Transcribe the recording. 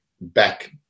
back